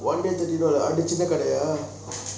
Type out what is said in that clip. one day thirty dollar அது சின்ன காடைய:athu chinna kaadaya